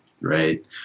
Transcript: Right